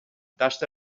tasta